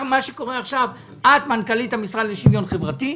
את מנכ"לית המשרד לשוויון חברתי,